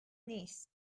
نیستش